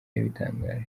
yabitangaje